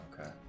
okay